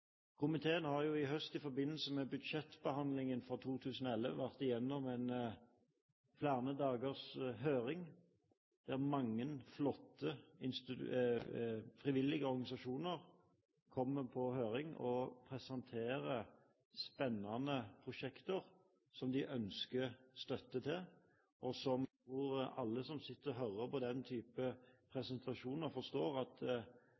Komiteen har i høst, i forbindelse med behandlingen av budsjettet for 2011, vært igjennom en flere dagers høring, der mange flotte, frivillige organisasjoner kommer på høring og presenterer spennende prosjekter som de ønsker støtte til, og jeg tror alle som sitter og hører på den type presentasjoner, forstår at